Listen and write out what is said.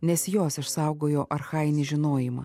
nes jos išsaugojo archajinį žinojimą